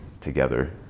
together